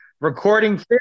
recording